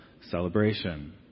celebration